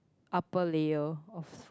upper layer of